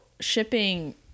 shipping